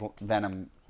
Venom